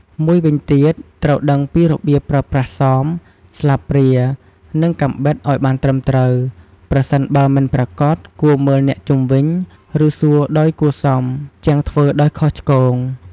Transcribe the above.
មួយវិញទៀត ត្រូវដឹងពីរបៀបប្រើប្រាស់សម ស្លាបព្រា និងកាំបិតឱ្យបានត្រឹមត្រូវ ប្រសិនបើមិនប្រាកដ គួរមើលអ្នកជុំវិញ ឬសួរដោយគួរសមជាងធ្វើដោយខុសឆ្គង។